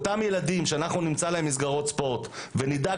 אותם ילדים שנמצא להם מסגרות ספורט ונדאג